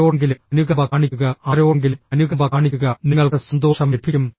ആരോടെങ്കിലും അനുകമ്പ കാണിക്കുക ആരോടെങ്കിലും അനുകമ്പ കാണിക്കുക നിങ്ങൾക്ക് സന്തോഷം ലഭിക്കും